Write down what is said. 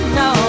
no